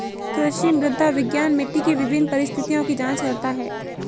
कृषि मृदा विज्ञान मिट्टी के विभिन्न परिस्थितियों की जांच करता है